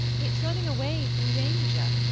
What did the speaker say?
it's running away from danger.